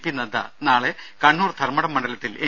P Nadda നാളെ കണ്ണൂർ ധർമ്മടം മണ്ഡലത്തിൽ N